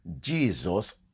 Jesus